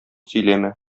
сөйләмә